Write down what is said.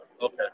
Okay